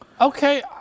Okay